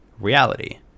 reality